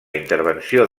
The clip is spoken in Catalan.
intervenció